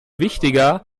wichtiger